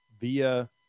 via